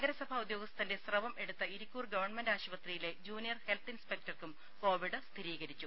നഗരസഭ ഉദ്യോഗസ്ഥന്റ സ്രവം എടുത്ത ഇരിക്കൂർ ഗവൺമെന്റ് ആശുപത്രിയിലെ ജൂനിയർ ഹെൽത്ത് ഇൻസ്പെക്ടർക്കും കോവിഡ് സ്ഥിരീകരിച്ചു